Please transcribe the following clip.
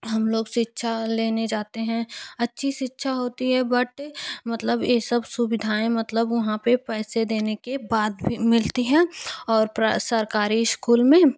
हम लोग शिक्षा लेने जाते हैं अच्छी शिक्षा होती है बट मतलब यह सब सुविधाएँ मतलब वहाँ पर पैसे देने के बाद भी मिलती है और प्र सरकारी इश्कूल में